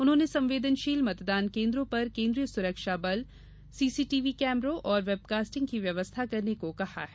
उन्होंने संवेदनशील मतदान केन्द्रों पर केन्द्रीय सुरक्षा बल सीसीटीव्ही कैमरों और वेबकास्टिंग की व्यवस्था करने को कहा है